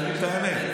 הם יודעים את האמת.